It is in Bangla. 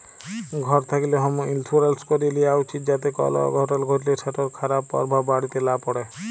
ঘর থ্যাকলে হম ইলসুরেলস ক্যরে লিয়া উচিত যাতে কল অঘটল ঘটলে সেটর খারাপ পরভাব বাড়িতে লা প্যড়ে